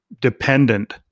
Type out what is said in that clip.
dependent